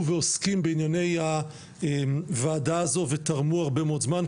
ועוסקים בענייני הוועדה הזו ותרמו הרבה מאוד זמן,